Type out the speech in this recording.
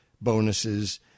bonuses